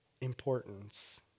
importance